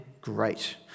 great